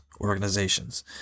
organizations